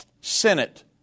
Senate